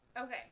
Okay